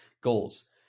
goals